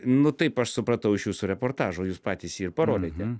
nu taip aš supratau iš jūsų reportažo jūs patys jį ir parodėte